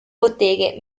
botteghe